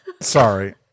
Sorry